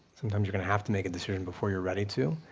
sometimes you're gonna have to make a decision before you're ready to,